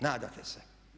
Nadate se.